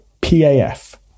PAF